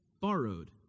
borrowed